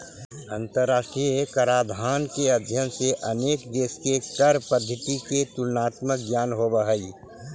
अंतरराष्ट्रीय कराधान के अध्ययन से अनेक देश के कर पद्धति के तुलनात्मक ज्ञान होवऽ हई